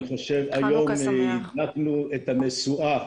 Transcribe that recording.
אני חושב שהיום הדלקנו את המשואה